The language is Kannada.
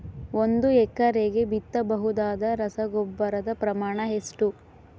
ಒಂದು ಎಕರೆಗೆ ಬಿತ್ತಬಹುದಾದ ರಸಗೊಬ್ಬರದ ಪ್ರಮಾಣ ಎಷ್ಟು?